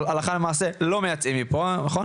אבל הלכה למעשה לא מייצאים מפה, נכון?